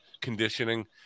conditioning